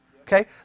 okay